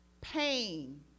pain